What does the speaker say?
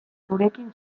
zurekin